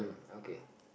okay